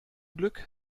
glück